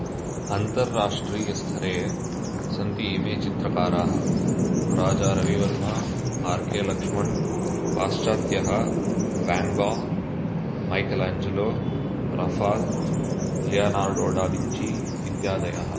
अन्तरराष्ट्रीयस्तरे सन्ति इमे चित्रकाराः राजारविवर्मा आर् के Laxman पाश्चात्यः वाङ्गो Michael एञ्जलो Raphael Leonardo da Vinci इत्यादयः